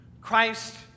Christ